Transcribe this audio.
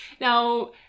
Now